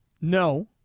No